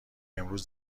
امروز